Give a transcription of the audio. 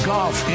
Golf